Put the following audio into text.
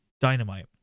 Dynamite